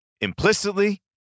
implicitly